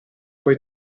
poi